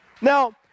Now